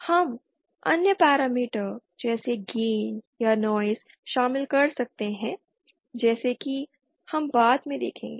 हम अन्य पैरामीटर जैसे गेन या नॉइज़ शामिल कर सकते हैं जैसा कि हम बाद में देखेंगे